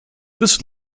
this